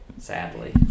Sadly